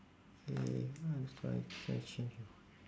!yay! now it's like